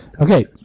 Okay